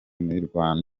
mirwano